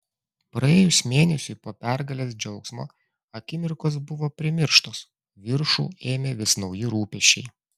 praėjus mėnesiui po pergalės džiaugsmo akimirkos buvo primirštos viršų ėmė vis nauji rūpesčiai